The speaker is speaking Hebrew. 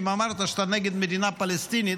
אם אמרת שאתה נגד מדינה פלסטינית,